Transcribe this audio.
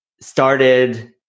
started